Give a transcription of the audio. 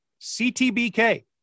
CTBK